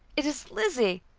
it is lizzie!